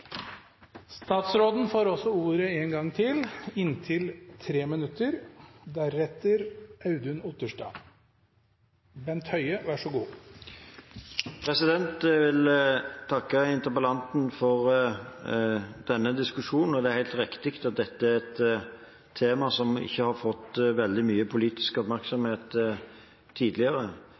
Jeg vil takke interpellanten for denne diskusjonen. Det er helt riktig at dette er et tema som ikke har fått veldig mye politisk oppmerksomhet tidligere.